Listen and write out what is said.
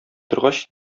торгач